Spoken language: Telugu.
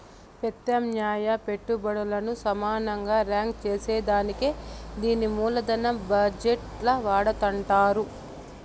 పెత్యామ్నాయ పెట్టుబల్లను సమానంగా రాంక్ సేసేదానికే దీన్ని మూలదన బజెట్ ల వాడతండారు